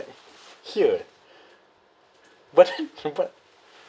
here eh but then but